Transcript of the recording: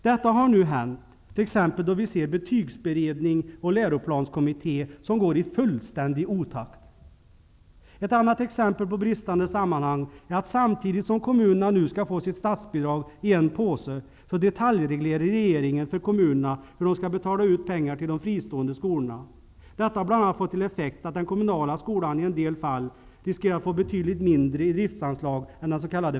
Detta har nu hänt t.ex. då vi ser hur betygsberedning och läroplanskommitte går i fullständig otakt. Ett annat exempel på bristande sammanhang är att samtidigt som kommunerna nu skall få sitt statsbidrag i en påse detaljreglerar regeringen för kommunerna hur de skall betala ut pengar till de fristående skolorna. Detta har bl.a. fått till effekt att den kommunala skolan i en del fall riskerat att få betydligt mindre i driftsanslag än den s.k.